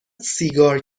سیگار